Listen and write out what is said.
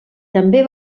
també